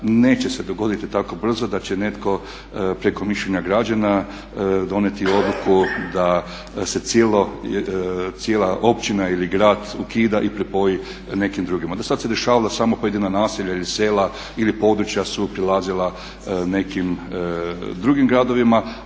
neće se dogoditi tako brzo da će netko preko mišljenja građana donijeti odluku da se cijela općina ili grad ukida i pripoji nekim drugima. Do sad se dešavalo da samo pojedina naselja, ili sela, ili područja su prelazila nekim drugim gradovima,